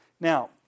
Now